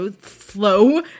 flow